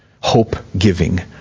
hope-giving